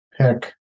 pick